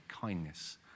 kindness